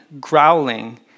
growling